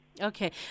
Okay